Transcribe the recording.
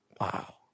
Wow